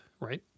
right